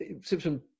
Simpson